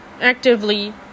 actively